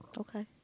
Okay